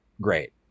great